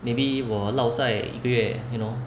maybe 我 lao sai 一个月 you know